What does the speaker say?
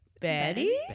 Betty